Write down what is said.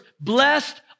blessed